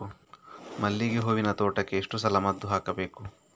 ಮಲ್ಲಿಗೆ ಹೂವಿನ ತೋಟಕ್ಕೆ ಎಷ್ಟು ಸಲ ಮದ್ದು ಹಾಕಬೇಕು?